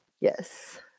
Yes